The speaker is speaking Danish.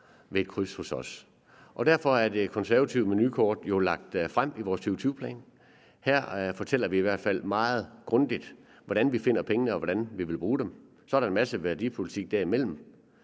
ved et kryds hos os. Derfor er det konservative menukort jo lagt frem i vores 2020-plan. Der fortæller vi i hvert fald meget grundigt, hvordan vi finder pengene, og hvordan vi vil bruge dem. Så er der en masse værdipolitik derimellem,